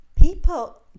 people